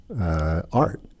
art